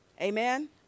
Amen